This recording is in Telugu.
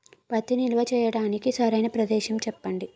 పత్తి నిల్వ చేయటానికి సరైన ప్రదేశం చెప్పండి?